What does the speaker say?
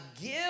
give